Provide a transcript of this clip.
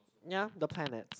ya the planets